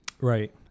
Right